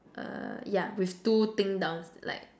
uh yeah with two thing down like